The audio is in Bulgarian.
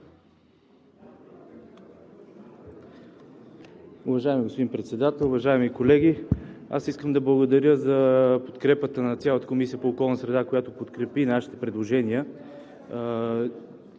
Уважаеми господин Председател, уважаеми колеги! Искам да благодаря за подкрепата на цялата Комисия по околната среда и водите, която подкрепи нашите предложения.